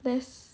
yes